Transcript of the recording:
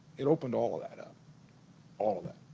it opened all that up all of that